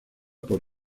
por